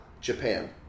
Japan